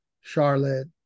Charlotte